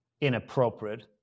inappropriate